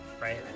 right